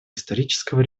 исторического